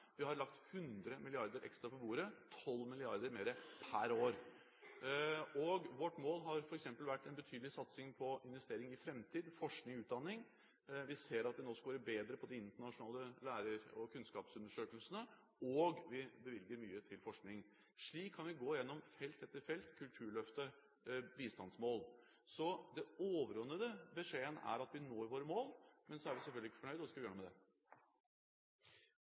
Vi har lagt 100 mrd. kr ekstra på bordet – 12 mrd. kr mer per år. Vårt mål har f.eks. vært en betydelig satsing på investering i framtid – forskning og utdanning. Vi ser at vi nå skårer bedre på de internasjonale lærer- og kunnskapsundersøkelsene, og vi bevilger mye til forskning. Slik kan vi gå gjennom felt etter felt – Kulturløftet og bistandsmål. Så den overordnede beskjeden er at vi når våre mål, men så er vi selvfølgelig ikke fornøyde, og vi skal gjøre noe med det.